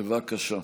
בבקשה.